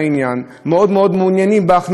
מאוד מאוד מעוניינים בהכנסות של המפרץ.